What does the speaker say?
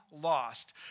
lost